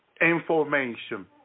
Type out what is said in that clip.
information